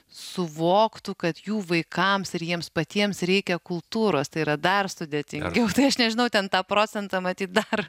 suvoktų kad jų vaikams ir jiems patiems reikia kultūros tai yra dar sudėtingiau štai aš nežinau ten tą procentą matyt dar